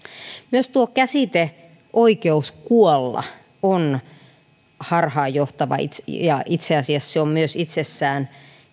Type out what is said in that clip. myös käsite oikeus kuolla on harhaanjohtava ja itse asiassa itsessään